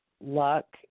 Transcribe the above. luck